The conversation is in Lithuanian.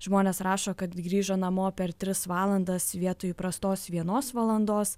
žmonės rašo kad grįžo namo per tris valandas vietoj įprastos vienos valandos